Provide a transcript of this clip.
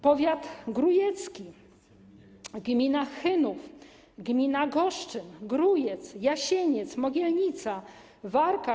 Powiat grójecki, gmina Chynów, gmina Goszczyn, Grójec, Jasieniec, Mogielnica, Warka.